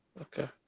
Okay